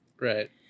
Right